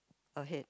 a head